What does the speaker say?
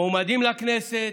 מועמדים לכנסת,